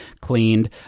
cleaned